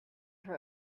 her